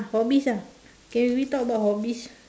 hobbies lah can we talk about hobbies